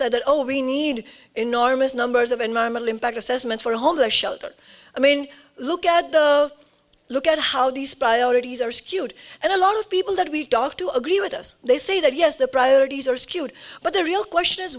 said oh we need enormous numbers of environmental impact assessment for a homeless shelter i mean look at the look at how these priorities are skewed and a lot of people that we talk to agree with us they say that yes the priorities are skewed but the real question is